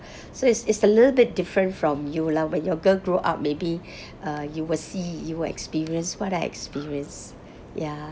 so it's it's a little bit different from you lah when your girl grew up maybe uh you will see you will experience what I experience ya